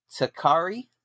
Takari